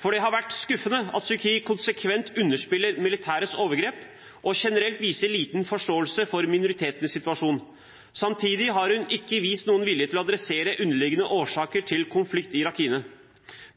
for det har vært skuffende at Suu Kyi konsekvent underspiller militærets overgrep og generelt viser liten forståelse for minoritetenes situasjon. Samtidig har hun ikke vist noen vilje til å adressere underliggende årsaker til konflikten i Rakhine.